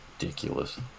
ridiculous